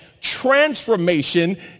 transformation